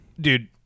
Dude